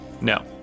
No